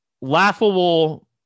laughable